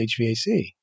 HVAC